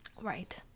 Right